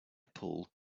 pool